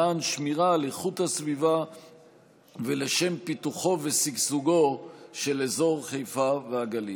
למען שמירה על איכות הסביבה ולשם פיתוחו ושגשוגו של אזור חיפה והגליל.